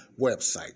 website